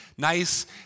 Nice